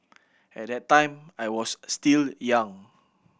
at that time I was still young